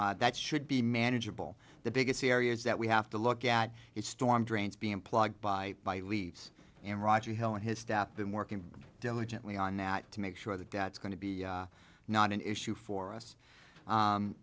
that should be manageable the biggest areas that we have to look at is storm drains being plugged by my leaves and roger hill and his staff been working diligently on that to make sure that that's going to be not an issue for us